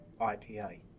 IPA